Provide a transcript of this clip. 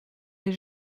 les